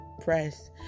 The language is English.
press